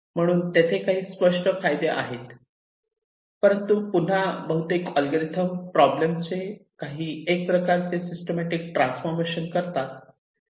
म्हणून तेथे काही स्पष्ट फायदे आहेत परंतु पुन्हा बहुतेक अल्गोरिदम प्रॉब्लेम चे काही प्रकारचे एक सिस्टिमॅटिक ट्रान्सफॉर्मशन करतात